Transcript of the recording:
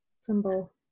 symbol